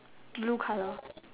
blue colour